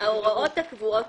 ההוראות הקבועות